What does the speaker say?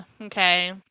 Okay